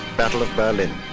battle of berlin.